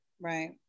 Right